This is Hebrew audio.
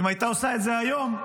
אם הייתה עושה את זה היום,